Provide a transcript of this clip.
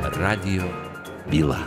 radijo byla